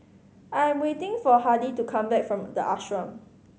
I am waiting for Hardy to come back from The Ashram